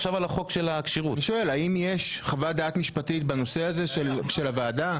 האם יש חוות דעת משפטית בנושא הזה של הוועדה?